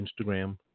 Instagram